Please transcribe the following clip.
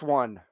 one